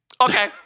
Okay